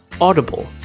Audible